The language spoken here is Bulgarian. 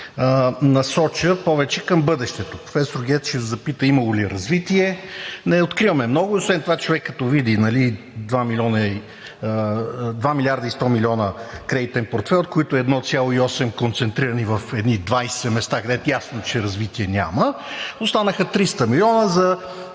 насоча повече към бъдещето. Професор Гечев запита: имало ли е развитие? Не откриваме много. Освен това човек, като види 2 милиарда и 100 милиона кредитен портфейл, от които 1,8 концентрирани в едни 20 места, където е ясно, че развитие няма, останаха 300 милиона за